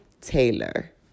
Taylor